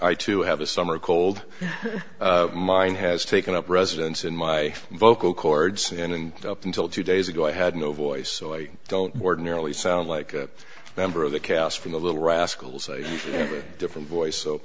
i too have a summer cold mine has taken up residence in my vocal chords and up until two days ago i had no voice so i don't more nearly sound like a member of the cast from the little rascals a different voice so